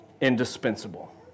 indispensable